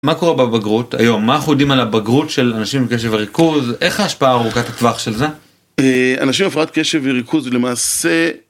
מה קורה בבגרות היום? מה אנחנו יודעים על הבגרות של אנשים בקשב וריכוז? איך ההשפעה ארוכת הטווח של זה? אנשים בהפרעת קשב וריכוז למעשה...